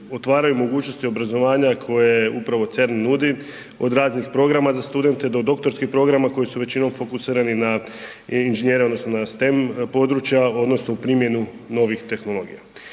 otvaraju mogućnosti obrazovanja koje upravo CERN nudi od raznih programa za studente do doktorskih programa koji su većinom fokusirani na inženjere odnosno na stem područja odnosno u primjenu novih tehnologija.